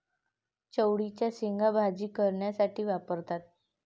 चवळीच्या शेंगा भाजी करण्यासाठी वापरतात